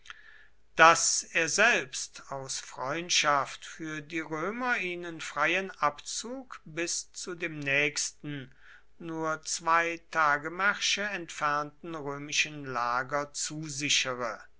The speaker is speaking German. daß er selbst aus freundschaft für die römer ihnen freien abzug bis zu dem nächsten nur zwei tagemärsche entfernten römischen lager zusichere